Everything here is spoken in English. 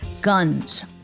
guns